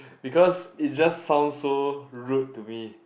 because it just sounds so rude to me